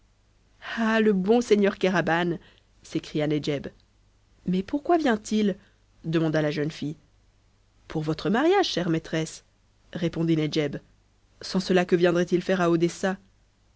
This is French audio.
ah le bon seigneur kéraban s'écria nedjeb mais pourquoi vient-il demanda la jeune fille pour votre mariage chère maîtresse répondit nedjeb sans cela que viendrait-il faire à odessa